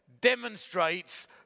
demonstrates